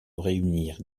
réunir